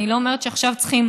אני לא אומרת שעכשיו צריכים